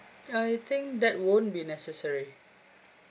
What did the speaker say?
I think that won't be necessary